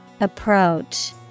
Approach